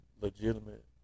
legitimate